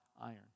iron